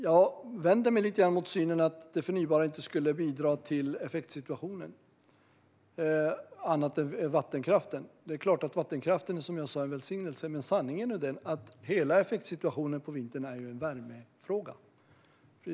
Jag vänder mig lite grann mot synen att det bara är vattenkraften av det förnybara som bidrar till effektsituationen. Det är klart att vattenkraften är en välsignelse, som jag sa, men sanningen är den att hela effektsituationen på vintern ju är en värmefråga.